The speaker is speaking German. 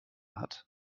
hat